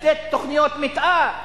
לתת תוכניות מיתאר.